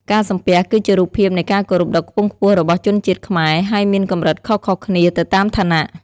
ការសំពះ គឺជារូបភាពនៃការគោរពដ៏ខ្ពង់ខ្ពស់របស់ជនជាតិខ្មែរ ហើយមានកម្រិតខុសៗគ្នាទៅតាមឋានៈ។